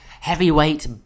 heavyweight